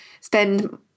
spend